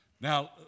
Now